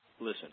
listen